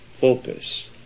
focus